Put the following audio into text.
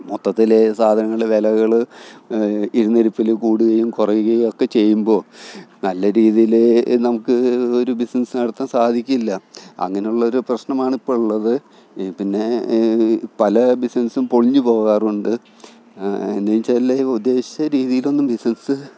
മൊത്തത്തിൽ സാധനങ്ങളുടെ വിലകൾ ഇരുന്ന ഇരിപ്പിൽ കൂടുകയും കുറയുകയും ഒക്കെ ചെയ്യുമ്പോൾ നല്ല രീതിയിൽ നമുക്ക് ഒരു ബിസ്നെസ്സ് നടത്താന് സാധിക്കില്ല അങ്ങനെയുള്ള ഒരു പ്രശ്നമാണ് ഇപ്പോൾ ഉള്ളത് പിന്നെ പല ബിസ്നെസ്സും പൊളിഞ്ഞ് പോവാറുണ്ട് എന്നുവെച്ചാൽ ഉദ്ദേശിച്ച രീതിയിലൊന്നും ബിസ്നെസ്സ്